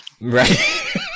Right